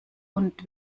und